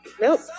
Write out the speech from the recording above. Nope